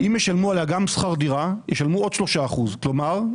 אם ישלמו עליה גם שכר דירה ישלמו עוד 3%. כלומר,